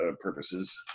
purposes